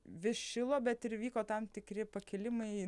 vis šilo bet ir vyko tam tikri pakilimai